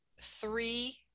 three